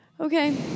Okay